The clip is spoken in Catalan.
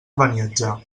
beniatjar